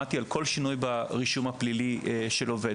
אוטומטית על כל שינוי ברישום הפלילי של עובד,